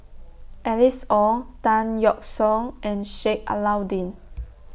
Alice Ong Tan Yeok Seong and Sheik Alau'ddin